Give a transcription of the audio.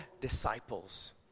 disciples